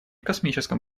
космическом